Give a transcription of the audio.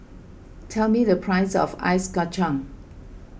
tell me the price of Ice Kacang